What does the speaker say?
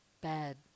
Bad